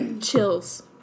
Chills